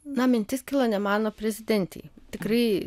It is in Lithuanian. na mintis kilo ne man o prezidentei tikrai